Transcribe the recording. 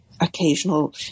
occasional